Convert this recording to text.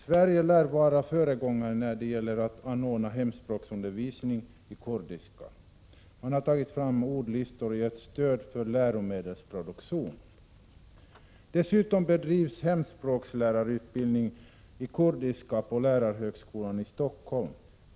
Sverige lär vara föregångare när det gäller att anordna hemspråksundervisning i kurdiska. Man har tagit fram ordlistor och gett stöd för läromedelsproduktion. Dessutom bedrivs hemspråkslärarutbildning i kurdiska på Lärarhögskolan i Stockholm.